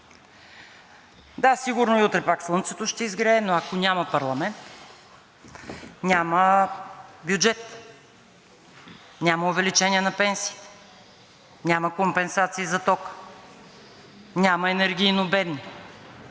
Да, сигурно и утре пак слънцето ще изгрее, но ако няма парламент, няма бюджет, няма увеличение на пенсиите, няма компенсации за тока, няма енергийно бедни.